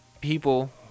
people